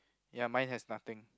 ya mine has nothing